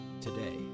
today